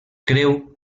creu